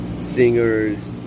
singers